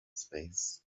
space